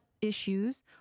issues